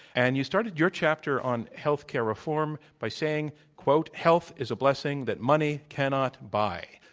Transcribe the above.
and you started your chapter on health care reform by saying, quote, health is a blessing that money cannot buy.